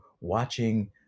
watching